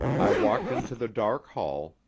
i walked into the dark hall,